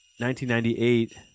1998